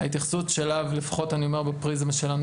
ההתייחסות אליו לפחות אני אומר בפריזמה שלנו